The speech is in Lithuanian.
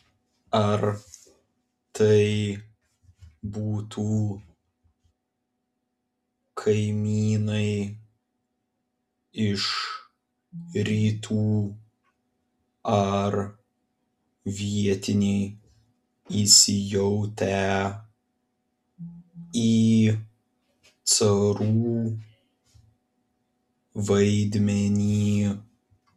ar tai būtų kaimynai iš rytų ar vietiniai įsijautę į carų vaidmenį